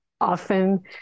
often